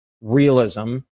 realism